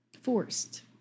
forced